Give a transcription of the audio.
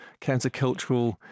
countercultural